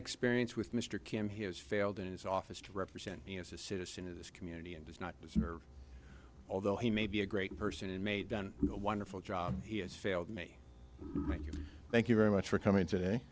experience with mr kim he has failed in his office to represent me as a citizen of this community and does not deserve although he may be a great person and may done a wonderful job he has failed me thank you very much for coming today